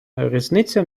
різниця